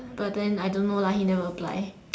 but then I don't know lah he never apply